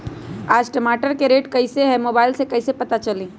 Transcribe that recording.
आज टमाटर के रेट कईसे हैं मोबाईल से कईसे पता चली?